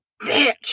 bitch